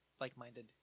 like-minded